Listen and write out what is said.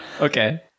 Okay